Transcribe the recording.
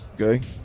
Okay